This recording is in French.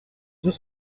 deux